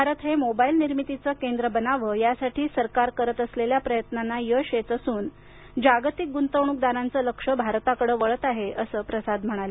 भारत हे मोबाइल निर्मितीचं केंद्र बनावं यासाठी सरकार करत असलेल्या प्रयत्नांना यश येत असून जागतिक गुंतवणुकदारांचं लक्ष भारताकडं वळत आहे असं प्रसाद म्हणाले